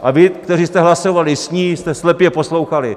A vy, kteří jste hlasovali s ní, jste slepě poslouchali.